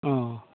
औ